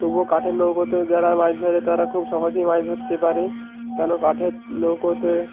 তবুও কাঠের নৌকোতে যারা মাছ ধরে তারা খুব সহজেই মাছ ধরতে পারে কেন কাঠের নৌকোতে